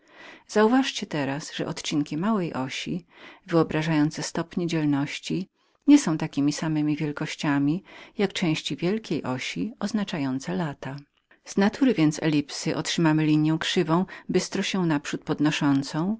uważajcie teraz że przedziały małej osi wyobrażające stopnie dzielności nie są wartościami tej samej natury jak części wielkiej osi oznaczające lata ale jedynie czynnikami z natury więc elipsy otrzymamy liniję krzywą bystro się naprzód podnoszącą